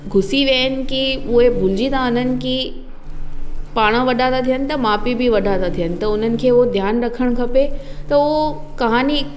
घुसी विया आहिनि की उहे भुलिजी था वञनि की पाण वॾा था थियनि त माउ पीउ बि वॾा था थियनि त उन्हनि खे उहो ध्यानु रखणु खपे त उहो कहानी